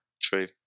true